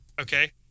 Okay